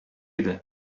иде